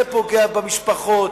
זה פוגע במשפחות,